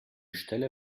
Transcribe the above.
stelle